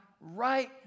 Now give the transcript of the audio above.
right